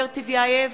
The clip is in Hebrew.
רוברט טיבייב,